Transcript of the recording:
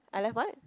I left [what]